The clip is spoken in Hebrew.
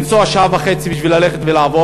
לנסוע שעה וחצי בשביל לעבוד.